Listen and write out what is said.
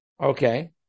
Okay